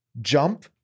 jump